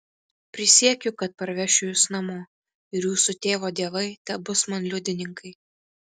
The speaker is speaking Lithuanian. prisiekiu kad parvešiu jus namo ir jūsų tėvo dievai tebus man liudininkai